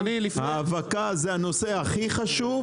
האבקה זה הנושא הכי חשוב,